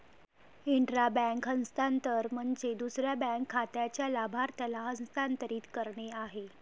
intra bank हस्तांतरण म्हणजे दुसऱ्या बँक खात्याच्या लाभार्थ्याला हस्तांतरित करणे आहे